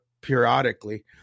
periodically